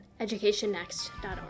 educationnext.org